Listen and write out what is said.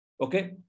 Okay